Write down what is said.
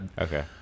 okay